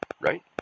right